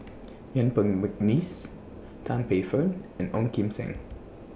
Yuen Peng Mcneice Tan Paey Fern and Ong Kim Seng